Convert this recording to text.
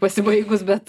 pasibaigus bet